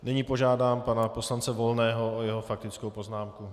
Nyní požádám pana poslance volného o jeho faktickou poznámku.